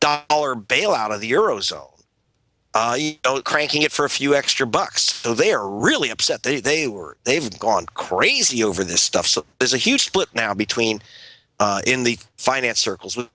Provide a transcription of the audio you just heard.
dollar bailout of the eurozone cranking it for a few extra bucks though they're really upset they they were they've gone crazy over this stuff so there's a huge split now between in the finance circles